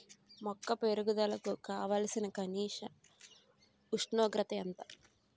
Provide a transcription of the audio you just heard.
మొక్క పెరుగుదలకు కావాల్సిన కనీస ఉష్ణోగ్రత ఎంత?